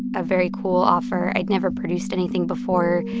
a very cool offer. i'd never produced anything before.